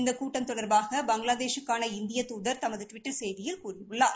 இந்த கூட்டம் தொடர்பாக பங்ளாதேஷூக்கான இந்திய தூதர் தமது டுவிட்டர் செய்தியில் கூறியுள்ளார்